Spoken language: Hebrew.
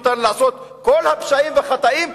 מותר לי לעשות כל הפשעים והחטאים,